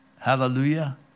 Hallelujah